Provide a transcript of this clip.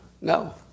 No